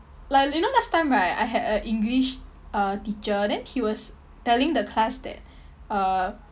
like you know last time right I had an english uh teacher then he was telling the class that uh